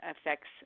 affects